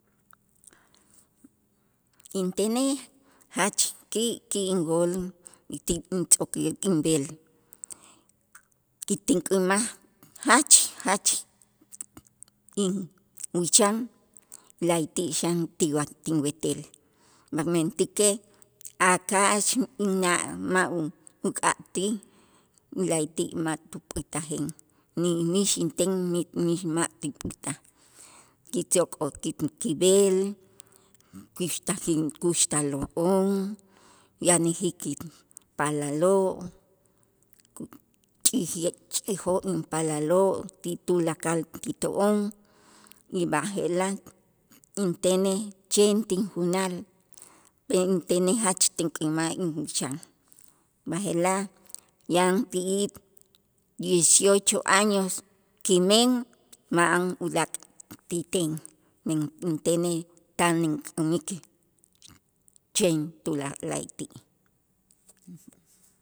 Intenej jach ki' ki' inwool tintz'o'k inb'el ki tink'ämaj jach jach inwicham la'ayti' xan tiwa tinwetel, mentäkej ak'aax inna' ma' u- uk'atij la'ayti' ma' tupät'ajen ni mix inten ni mix ma' tinpät'aj kitz'o'ko' ki- kib'el kuxtajen kuxtalo'on yanäjij kipaalaloo' kuch'i'ji'ech ijoo' paalaloo' ti tulakal kito'on y b'aje'laj intenej chen tinjunal, intenej jach tink'ämaj inwicham, b'aje'laj yanti'ij diociocho años kimen ma'an ulaak' ti ten men intenej tan ink'ämik chen tula la'ayti'.